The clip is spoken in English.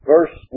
Verse